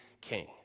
king